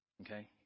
Okay